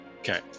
Okay